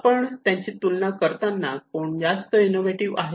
आपण त्यांची तुलना करताना कोण जास्त इनोव्हेटिव्ह आहे